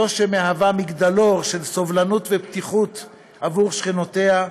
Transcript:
זו שמשמשת מגדלור של סובלנות ופתיחות עבור שכנותיה,